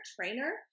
trainer